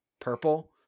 purple